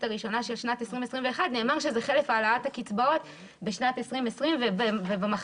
הראשונה של שנת 2021 הם חלף העלאת הקצבאות בשנת 2020 ובמחצית